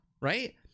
Right